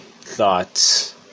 thoughts